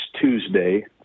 Tuesday